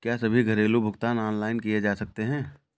क्या सभी घरेलू भुगतान ऑनलाइन किए जा सकते हैं?